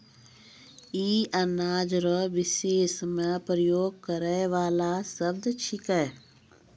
ई अनाज रो विषय मे प्रयोग करै वाला शब्द छिकै